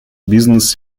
business